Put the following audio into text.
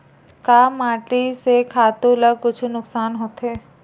का माटी से खातु ला कुछु नुकसान होथे?